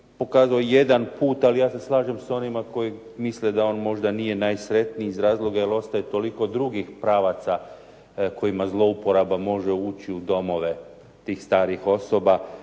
pokazao jedan put, ali ja se slažem s onima koji misle da on možda nije najsretniji iz razloga jer ostaje toliko drugih pravaca kojima zlouporaba može ući u domove tih starih osoba,